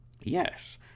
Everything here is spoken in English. Yes